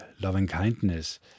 loving-kindness